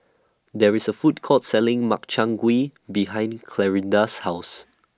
There IS A Food Court Selling Makchang Gui behind Clarinda's House